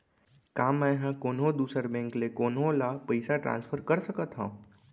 का मै हा कोनहो दुसर बैंक ले कोनहो ला पईसा ट्रांसफर कर सकत हव?